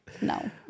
no